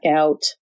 out